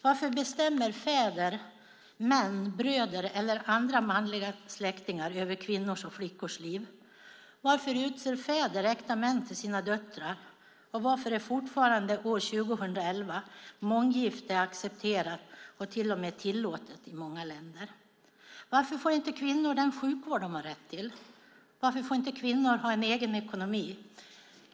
Varför bestämmer fäder, män, bröder eller andra manliga släktingar över kvinnors och flickors liv? Varför utser fäder äkta män till sina döttrar? Och varför är fortfarande, år 2011, månggifte accepterat och till och med tillåtet i vissa länder? Varför får inte kvinnor den sjukvård de har rätt till? Varför får inte kvinnor ha en egen ekonomi?